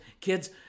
Kids